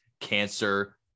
cancer